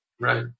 Right